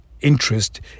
interest